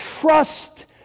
Trust